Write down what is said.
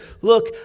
look